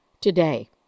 Today